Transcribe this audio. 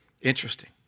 Interesting